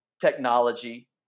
technology